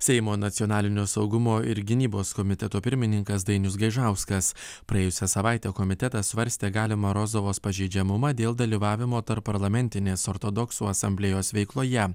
seimo nacionalinio saugumo ir gynybos komiteto pirmininkas dainius gaižauskas praėjusią savaitę komitetas svarstė galimą rozovos pažeidžiamumą dėl dalyvavimo tarpparlamentinės ortodoksų asamblėjos veikloje